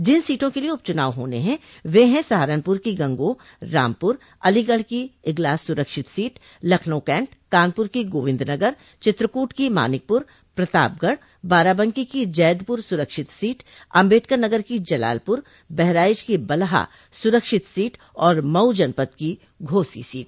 जिन सीटों के लिये उप चुनाव होने हैं वे हैं सहारनपुर की गंगोह रामपुर अलीगढ़ की इग्लास सुरक्षित सीट लखनऊ कैंट कानपुर की गोविंदनगर चित्रकूट की मानिकपुर प्रतापगढ़ बाराबंकी की जैदपुर सुरक्षित सीट अम्बेडकरनगर की जलालपुर बहराइच की बलहा सुरक्षित सीट और मऊ जनपद की घोसी सीट